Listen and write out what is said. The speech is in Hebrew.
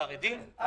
החרדים?